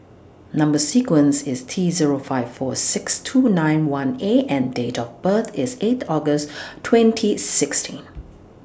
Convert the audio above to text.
Number sequence IS T Zero five four six two nine one A and Date of birth IS eight August twenty sixteen